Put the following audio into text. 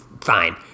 Fine